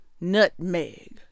nutmeg